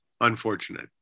unfortunate